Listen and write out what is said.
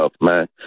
man